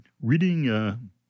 Reading